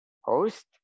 Host